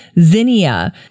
zinnia